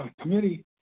committee